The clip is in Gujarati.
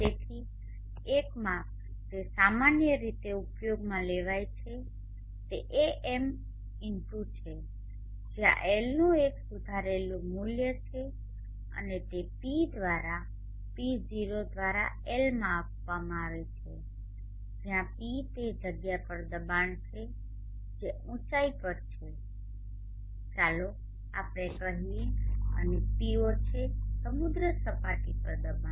તેથી એક માપ જે સામાન્ય રીતે ઉપયોગમાં લેવાય છે તે AMl છે જ્યાં એલનું એક સુધારેલું મૂલ્ય છે અને તે P દ્વારા P0 દ્વારા એલમાં આપવામાં આવે છે જ્યાં પી તે જગ્યા પર દબાણ છે જે ઉંચાઇ પર છે ચાલો આપણે કહીએ અને P0 છે સમુદ્ર સપાટી પર દબાણ